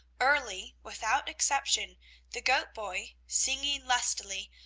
early, without exception the goat-boy, singing lustily,